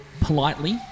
Politely